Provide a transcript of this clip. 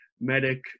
medic